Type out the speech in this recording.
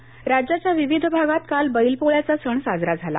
बैलपोळा राज्याच्या विविध भागात काल बैलपोळ्याचा सण साजरा झाला